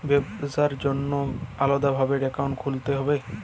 ব্যাবসার জন্য কি আলাদা ভাবে অ্যাকাউন্ট খুলতে হবে?